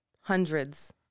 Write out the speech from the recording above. hundreds